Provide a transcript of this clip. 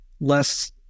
less